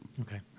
Okay